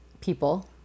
people